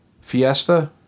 Fiesta